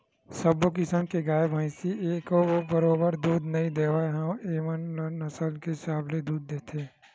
सब्बो किसम के गाय, भइसी ह एके बरोबर दूद नइ देवय एमन ह नसल के हिसाब ले दूद देथे